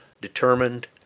determined